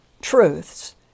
truths